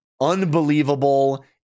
unbelievable